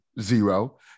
zero